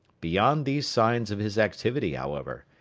beyond these signs of his activity, however,